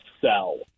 sell